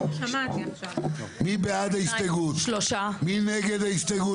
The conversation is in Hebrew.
מי נמנע?